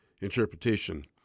interpretation